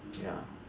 ya